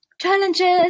challenges